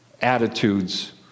attitudes